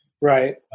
Right